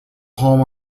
home